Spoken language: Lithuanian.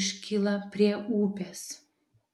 iškylą prie upės